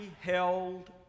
held